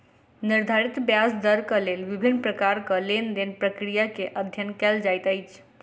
निर्धारित ब्याज दरक लेल विभिन्न प्रकारक लेन देन प्रक्रिया के अध्ययन कएल जाइत अछि